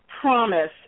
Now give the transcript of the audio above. promise